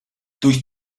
durch